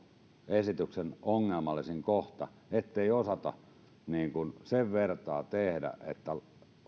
esityksen ongelmallisin kohta ettei osata sen vertaa tehdä että